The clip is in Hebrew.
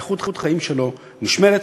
ואיכות החיים שלו נשמרת.